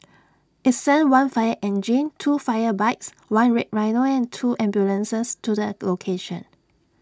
IT sent one fire engine two fire bikes one red rhino and two ambulances to the location